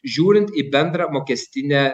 žiūrint į bendrą mokestinę